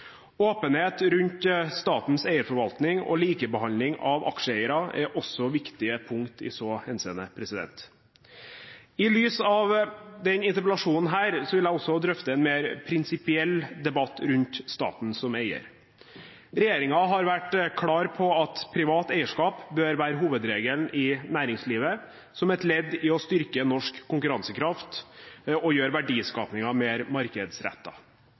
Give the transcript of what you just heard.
Åpenhet rundt statens eierforvaltning og likebehandling av aksjeeiere er også viktige punkter i så henseende. I lys av denne interpellasjonen vil jeg også drøfte en mer prinsipiell debatt rundt staten som eier. Regjeringen har vært klar på at privat eierskap bør være hovedregelen i næringslivet, som et ledd i å styrke norsk konkurransekraft og gjøre verdiskapingen mer